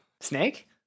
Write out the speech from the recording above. Snake